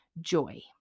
joy